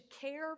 care